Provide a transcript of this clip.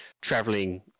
traveling